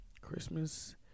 Christmas